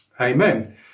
Amen